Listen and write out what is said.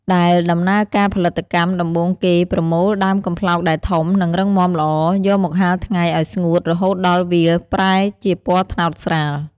ដែលដំណើរការផលិតកម្ម ដំបូងគេប្រមូលដើមកំប្លោកដែលធំ និងរឹងមាំល្អ យកមកហាលថ្ងៃឲ្យស្ងួតរហូតដល់វាប្រែជាពណ៌ត្នោតស្រាល។